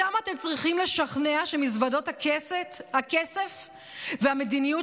אותם אתם צריכים לשכנע שמזוודות הכסף והמדיניות